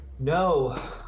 No